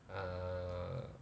uh